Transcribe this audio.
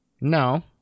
No